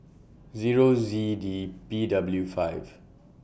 Zero Z D P W five